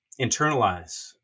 internalize